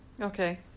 okay